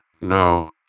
No